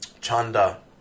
chanda